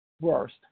Worst